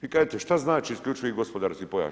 Vi kažete, šta znači isključivi gospodarski pojas?